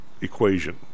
equation